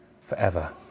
forever